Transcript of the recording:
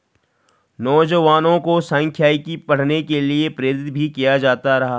नौजवानों को सांख्यिकी पढ़ने के लिये प्रेरित भी किया जाता रहा है